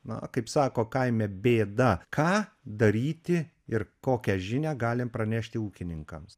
na kaip sako kaime bėda ką daryti ir kokią žinią galim pranešti ūkininkams